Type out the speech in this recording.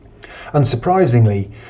Unsurprisingly